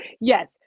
Yes